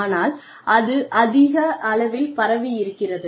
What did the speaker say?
ஆனால் அது அதிக அளவில் பரவி இருக்கிறது